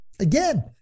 Again